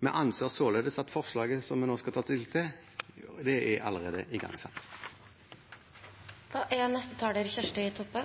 Vi anser således at forslaget som vi nå skal ta stilling til, allerede er igangsatt. Dette er